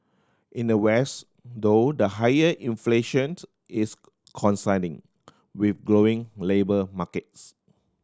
in the West though the higher inflations is coinciding with glowing labour markets